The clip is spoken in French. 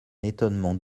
étonnement